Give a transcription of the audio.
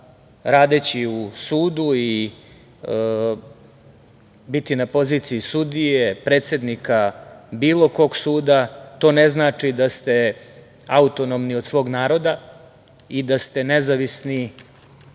radeći u sudu i biti na poziciji sudije, predsednika bilo kog suda, to ne znači da ste autonomni od svog naroda i da ste nezavisni